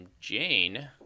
jane